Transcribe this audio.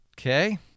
Okay